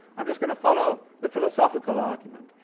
i'm just going to follow the philosophical argument'.